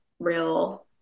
real